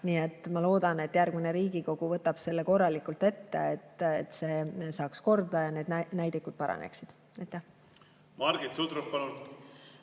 aega. Ma loodan, et järgmine Riigikogu võtab selle korralikult ette, et see saaks korda ja näitajad paraneksid. Margit Sutrop, palun!